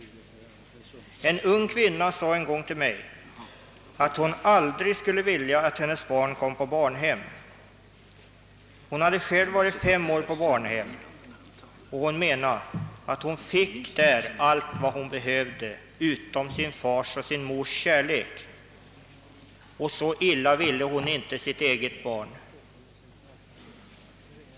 En ung kvinna sade en gång till mig att hon aldrig skulle vilja att hennes barn kom till barnhem. Hon hade själv vistats fem år på barnhem och fått allt hon behövde — utom fars och mors kärlek — och hon ville inte att hennes eget barn skulle behöva uppleva det.